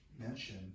mention